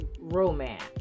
romance